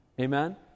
Amen